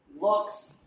looks